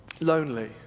lonely